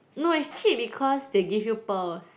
no is cheap because they give you pearls